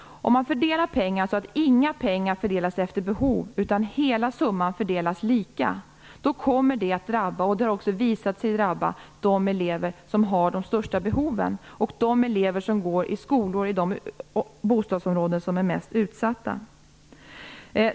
Om man fördelar pengar så att inga pengar fördelas efter behov, utan hela summan fördelas lika, kommer det att drabba, det har också visat sig drabba, de elever som har de största behoven och de elever som går i skolor i de bostadsområden som är mest utsatta.